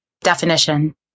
Definition